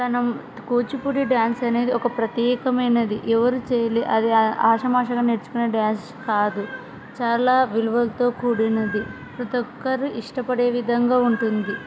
తన కూచిపూడి డ్యాన్స్ అనేది ఒక ప్రత్యేకమైనది ఎవరు చేయాలి అది ఆషామాషీగా నేర్చుకునే డ్యాన్స్ కాదు చాలా విలువలతో కూడినది ప్రతిఒకరు ఇష్టపడే విధంగా ఉంటుంది